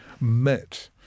met